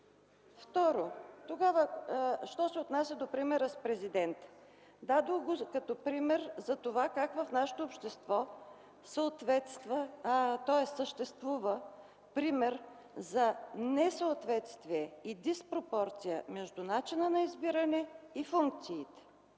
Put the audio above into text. Второ, що се отнася до примера с Президента. Дадох го като пример как в нашето общество съществува пример за несъответствие и диспропорция между начина на избиране и функциите